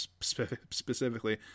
specifically